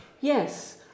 Yes